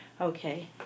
Okay